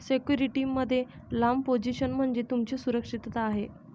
security मध्ये लांब position म्हणजे तुमची सुरक्षितता आहे